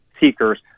seekers